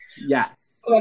Yes